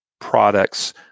products